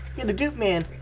you're the doope man.